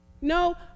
No